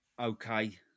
okay